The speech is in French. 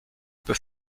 peut